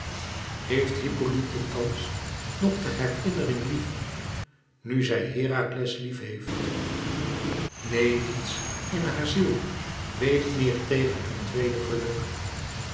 heeft hippolyte thans nog de herinnering lief nu zij herakles lief heeft neen nièts in haar ziel weegt meer tegen heur tweede geluk